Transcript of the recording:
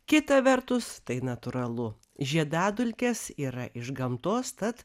kita vertus tai natūralu žiedadulkės yra iš gamtos tad